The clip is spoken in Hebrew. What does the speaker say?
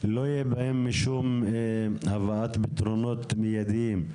לא יהיה בהם משום הבאת פתרונות מידיים.